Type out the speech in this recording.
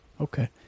Okay